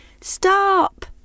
Stop